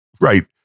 Right